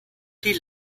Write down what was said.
die